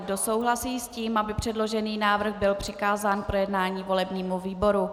Kdo souhlasí s tím, aby předložený návrh byl přikázán k projednání volebnímu výboru.